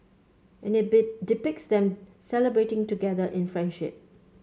and it be depicts them celebrating together in friendship